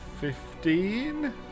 fifteen